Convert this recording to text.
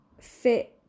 fit